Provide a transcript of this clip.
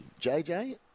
JJ